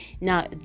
now